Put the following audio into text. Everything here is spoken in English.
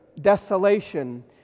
Desolation